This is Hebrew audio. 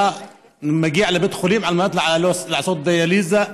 היה מגיע לבית החולים על מנת לעשות דיאליזה,